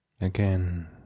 Again